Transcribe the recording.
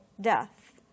death